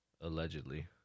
Allegedly